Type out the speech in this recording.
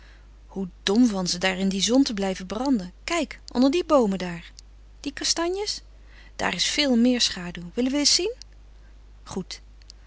hoe dom van ze daar in die zon te blijven braden kijk onder die boomen daar die kastanjes daar is veel meer schaduw willen we eens zien goed